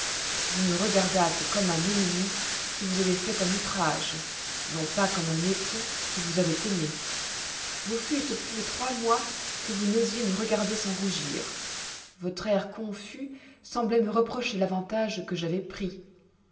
vous me regardâtes comme un ennemi qui vous avoit fait un outrage non pas comme un époux qui vous avoit aimée vous fûtes plus de trois mois que vous n'osiez me regarder sans rougir votre air confus semblait me reprocher l'avantage que j'avois pris